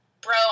bro